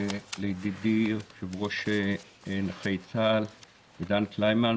לידידי יושב-ראש נכי צה"ל עידן קלימן,